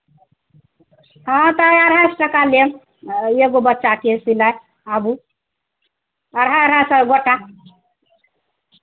हँ तऽ अढ़ाइ सए टाका लेब एगो बच्चाके सिलाइ आबू अढ़ाइ अढ़ाइ सए सभ गोटा